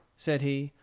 said he,